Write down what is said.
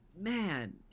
man